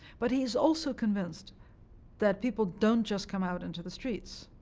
but he's also convinced that people don't just come out into the streets.